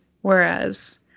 Whereas